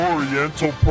Oriental